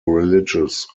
religious